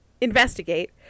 investigate